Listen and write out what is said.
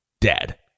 Dead